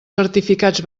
certificats